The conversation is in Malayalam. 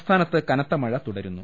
സംസ്ഥാനത്ത് കനത്ത മഴ തുടരുന്നു